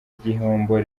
igihombo